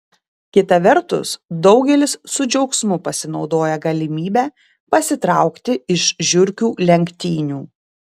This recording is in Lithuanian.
kita vertus daugelis su džiaugsmu pasinaudoja galimybe pasitraukti iš žiurkių lenktynių